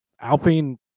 Alpine